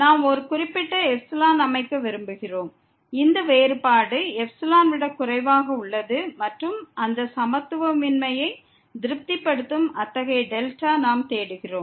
நாம் ஒரு குறிப்பிட்ட εஐ அமைக்க விரும்புகிறோம் இந்த வேறுபாடு εஐ விட குறைவாக உள்ளது மற்றும் அந்த சமத்துவமின்மையை திருப்திப்படுத்தும் அத்தகைய δஐ நாம் தேடுகிறோம்